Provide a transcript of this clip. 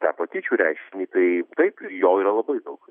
tą patyčių reiškinį tai taip jo yra labai daug